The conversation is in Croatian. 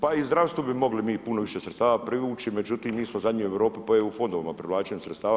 Pa i zdravstvo bi mogli mi puno više sredstava privući, međutim mi smo zadnji u Europi po EU fondovima, privlačenju sredstava.